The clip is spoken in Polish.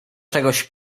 czegoś